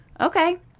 okay